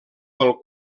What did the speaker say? pel